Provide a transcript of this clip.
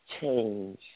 change